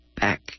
back